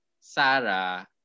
Sarah